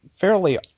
fairly